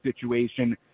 situation